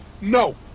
No